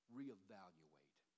reevaluate